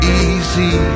easy